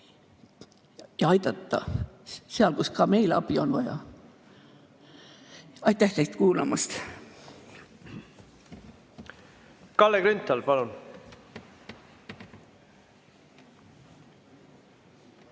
ja aidata seal, kus ka meil abi on vaja. Aitäh teile kuulamast! Kalle Grünthal, palun!